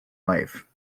life